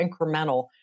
incremental